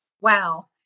wow